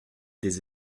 des